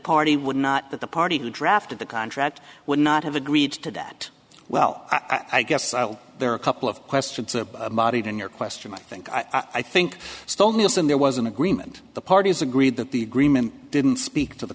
party would not that the party who drafted the contract would not have agreed to that well i guess i'll there are a couple of questions a body than your question i think i think still nielson there was an agreement the parties agreed that the agreement didn't speak to the